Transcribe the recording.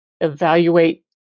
evaluate